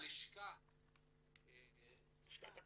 לפ"מ